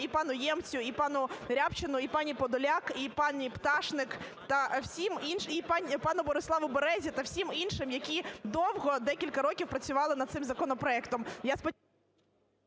і пану Ємцю, і пану Рябчину, і пані Подоляк, і пані Пташник, і пану Бориславу Березі та всім іншим, які довго, декілька років працювали над цим законопроектом...